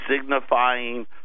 signifying